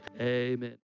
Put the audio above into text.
amen